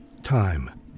Time